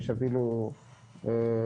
יש אפילו ערים